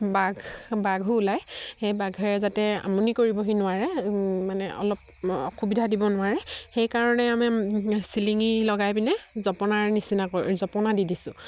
বাঘ বাঘো ওলায় সেই বাঘে যাতে আমনি কৰিবহি নোৱাৰে মানে অলপ অসুবিধা দিব নোৱাৰে সেইকাৰণে আমি চিলিঙি লগাই পিনে জপনাৰ নিচিনা কৰি জপনা দি দিছোঁ